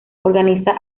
organiza